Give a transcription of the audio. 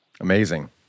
Amazing